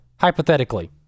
hypothetically